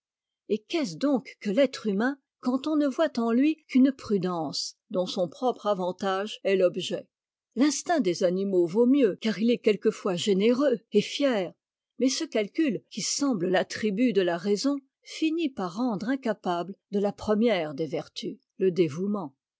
et qu'est-ce donc que l'être humain quand on ne voit en lui qu'une prudence dont son propre avantage est l'objet l'instinct des animaux vaut mieux car il est quelquefois généreux et fier mais ce calcul qui semble l'attribut de la raison finit par rendre incapa e de la première des vertus le dévouement